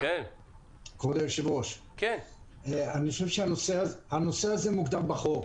אני חושב שהנושא הזה מוגדר בחוק.